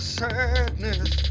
sadness